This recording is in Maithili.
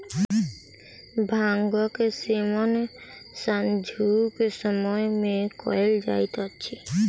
भांगक सेवन सांझुक समय मे कयल जाइत अछि